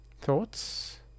Thoughts